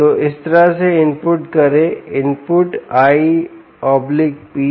तो इस तरह से इनपुट करें I P और I O